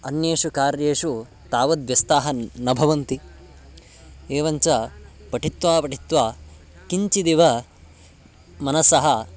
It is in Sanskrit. अन्येषु कार्येषु तावद्व्यस्ताः न भवन्ति एवञ्च पठित्वा पठित्वा किञ्चिदिव मनसः